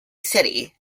city